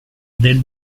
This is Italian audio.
del